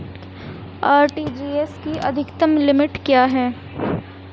RTGS की अधिकतम limit क्या है?